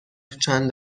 چند